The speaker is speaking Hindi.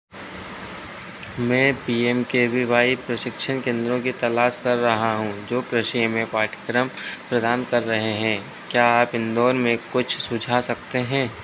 मैं P M K V Y प्रशिक्षण केंद्रों की तलाश कर रहा हूँ जो कृषि में पाठ्यक्रम प्रदान कर रहे हैं क्या आप इंदौर में कुछ सुझा सकते हैं